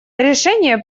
решения